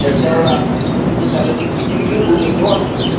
याच्यावर आधारित मग तुमचं सॅलरी इन्क्रीज होऊ शकते वाढू शकते